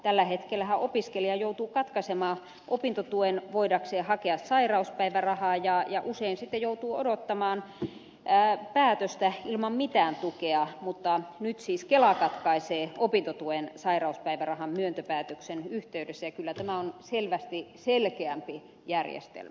tällä hetkellähän opiskelija joutuu katkaisemaan opintotuen voidakseen hakea sairauspäivärahaa ja usein sitten joutuu odottamaan päätöstä ilman mitään tukea mutta nyt siis kela katkaisee opintotuen sairauspäivärahan myöntöpäätöksen yh teydessä ja kyllä tämä on selvästi selkeämpi järjestelmä